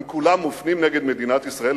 הם כולם מופנים נגד מדינת ישראל?